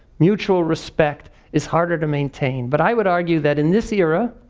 mutual respect is harder to maintain but i would argue that in this era,